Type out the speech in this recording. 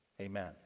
Amen